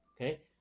okay